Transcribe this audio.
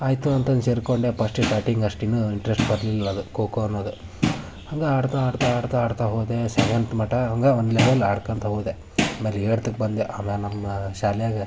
ಆಯಿತು ಅಂತಂದು ಸೇರಿಕೊಂಡೆ ಪಸ್ಟಿಗೆ ಸ್ಟಾರ್ಟಿಂಗಷ್ಟಿನ್ನು ಇಂಟ್ರೆಸ್ಟ್ ಬರಲಿಲ್ಲದು ಅದು ಖೋಖೋ ಅನ್ನೋದು ಹಂಗೆ ಆಡ್ತಾ ಆಡ್ತಾ ಆಡ್ತಾ ಆಡ್ತಾ ಹೋದೆ ಸೆವೆಂತ್ ಮಟ ಹಂಗೆ ಒಂದು ಲೆವೆಲ್ ಆಡ್ಕೊಂತ ಹೋದೆ ಆಮೇಲೆ ಏಳ್ತ್ಕೆ ಬಂದೆ ಆಮೇಲೆ ನಮ್ಮ ಶಾಲ್ಯಾಗೆ